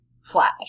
Flash